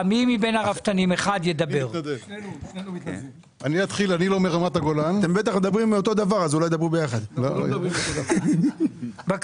אני אתחיל ואני לא מרמת הגולן, אני מכפר ויתקין.